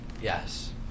Yes